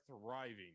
thriving